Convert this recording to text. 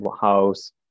house